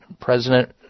President